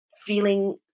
feeling